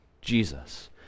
Jesus